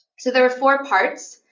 so there are four parts.